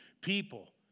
people